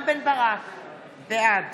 בעד